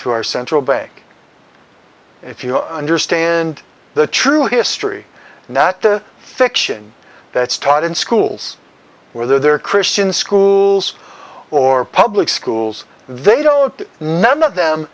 to our central bank if you understand the true history and that the fiction that's taught in schools where there are christian schools or public schools they don't none of them